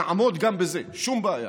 נעמוד גם בזה, שום בעיה.